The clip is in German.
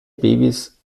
babys